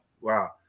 Wow